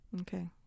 Okay